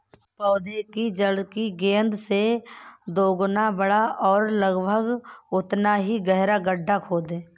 पौधे की जड़ की गेंद से दोगुना बड़ा और लगभग उतना ही गहरा गड्ढा खोदें